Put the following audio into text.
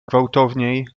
gwałtowniej